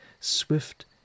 swift